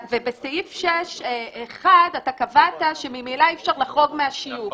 בסעיף 6(1) אתה קבעת שממילא אי אפשר לחרוג מהשיוך,